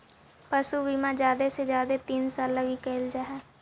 पशु बीमा जादे से जादे तीन साल लागी कयल जा हई